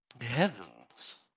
heavens